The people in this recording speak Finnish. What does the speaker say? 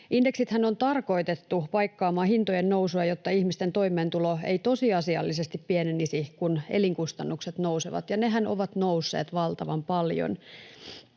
Indeksithän on tarkoitettu paikkaamaan hintojen nousua, jotta ihmisten toimeentulo ei tosiasiallisesti pienenisi, kun elinkustannukset nousevat, ja nehän ovat nousseet valtavan paljon.